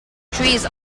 trees